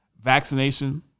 vaccination